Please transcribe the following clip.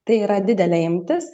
tai yra didelė imtis